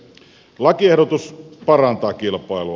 lakiehdotus parantaa kilpailua